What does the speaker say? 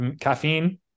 Caffeine